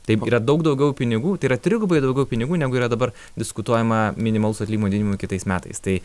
taip yra daug daugiau pinigų tai yra trigubai daugiau pinigų negu yra dabar diskutuojama minimalaus atlymo dinimui kitais metais tai